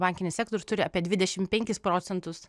bankinis sektorius turi apie dvidešimt penkis procentus